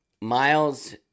Miles